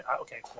Okay